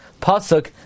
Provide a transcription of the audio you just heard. Pasuk